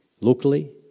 Locally